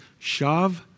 shav